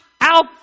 out